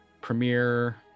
premiere